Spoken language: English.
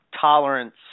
tolerance